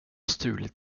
stulit